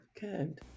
good